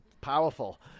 Powerful